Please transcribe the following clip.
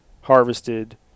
harvested